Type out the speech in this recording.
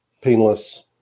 painless